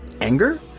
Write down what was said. anger